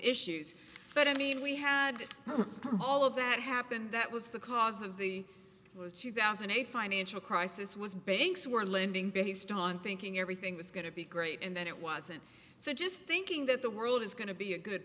issues but i mean we had all of that happen that was the cause of the two thousand and eight financial crisis was banks were lending based on thinking everything was going to be great and that it wasn't so just thinking that the world is going to be a good